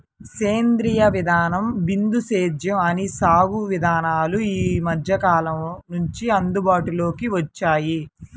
సేంద్రీయ విధానం, బిందు సేద్యం అనే సాగు విధానాలు ఈ మధ్యకాలం నుంచే అందుబాటులోకి వచ్చాయి